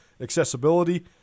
Accessibility